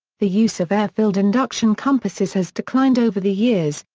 the use of air-filled induction compasses has declined over the years,